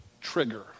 trigger